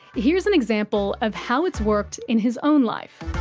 here's an example of how it's worked in his own life.